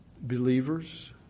believers